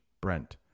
Brent